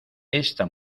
esta